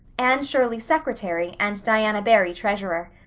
anne shirley secretary, and diana barry treasurer.